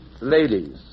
Ladies